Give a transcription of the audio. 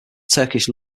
turkish